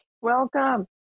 Welcome